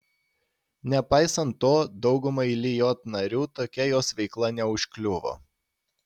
nepaisant to daugumai lijot narių tokia jos veikla neužkliuvo